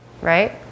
Right